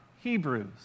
Hebrews